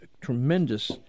tremendous